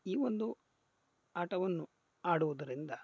ಈ ಒಂದು ಆಟವನ್ನು ಆಡುವುದರಿಂದ